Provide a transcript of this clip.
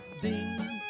ding